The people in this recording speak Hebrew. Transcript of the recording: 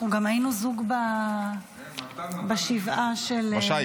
אנחנו גם היינו זוג בשבעה -- בשיט.